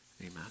Amen